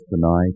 tonight